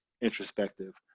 introspective